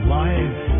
life